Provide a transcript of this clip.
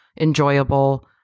enjoyable